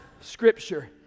scripture